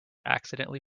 accidentally